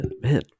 Man